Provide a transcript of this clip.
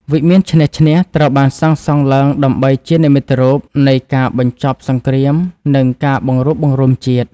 វិមានឈ្នះ-ឈ្នះ ត្រូវបានសាងសង់ឡើងដើម្បីជានិមិត្តរូបនៃការបញ្ចប់សង្គ្រាម និងការបង្រួបបង្រួមជាតិ។